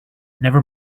never